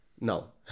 No